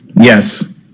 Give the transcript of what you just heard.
Yes